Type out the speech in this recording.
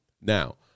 Now